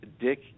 Dick